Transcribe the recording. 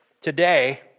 today